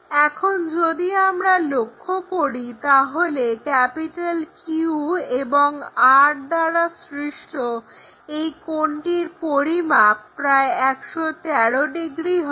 এখন যদি আমরা লক্ষ্য করি তাহলে Q এবং R দ্বারা সৃষ্ট এই কোণটির পরিমাপ প্রায় 113 ডিগ্রী হবে